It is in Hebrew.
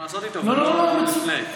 להחליט מה לעשות איתו, ולא, פלאט.